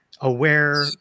aware